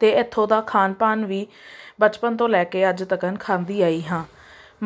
ਅਤੇ ਇੱਥੋਂ ਦਾ ਖਾਣ ਪਾਣ ਵੀ ਬਚਪਨ ਤੋਂ ਲੈ ਕੇ ਅੱਜ ਤੱਕ ਖਾਂਦੀ ਆਈ ਹਾਂ